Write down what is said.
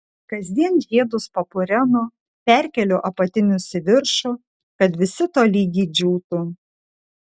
kasdien žiedus papurenu perkeliu apatinius į viršų kad visi tolygiai džiūtų